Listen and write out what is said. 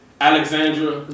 Alexandra